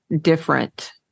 different